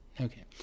Okay